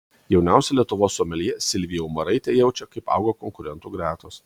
jauniausia lietuvos someljė silvija umaraitė jaučia kaip auga konkurentų gretos